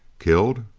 killed?